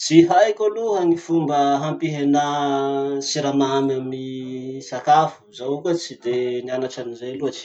Tsy haiko aloha gny fomba hampihenà siramamy amin'ny sakafo. Zaho koa tsy de nianatry anizay loatsy.